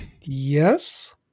Yes